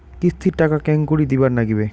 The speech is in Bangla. কিস্তির টাকা কেঙ্গকরি দিবার নাগীবে?